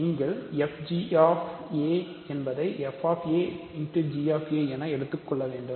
நீங்கள் g என எடுத்துக்கொள்ள வேண்டும்